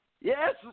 Yes